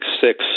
Six